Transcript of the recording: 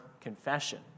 Confession